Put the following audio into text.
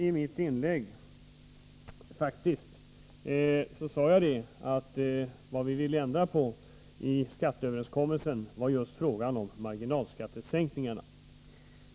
I mitt inlägg sade jag fat tiskt att vad vi ville ändra i skatteöverenskommelsen var just marginalskattesänkningarna.